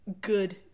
good